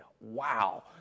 Wow